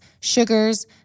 sugars